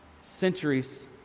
centuries